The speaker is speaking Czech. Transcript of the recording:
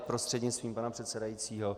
Prostřednictvím pana předsedajícího.